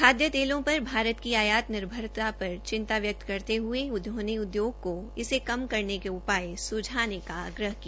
खाद्य तेलों पर भारत की आयात निर्भरता पर चिंता व्यक्त करते हये उन्होंने उद्योग का इसे कम करने के उपाय सुझाने का आग्रह किया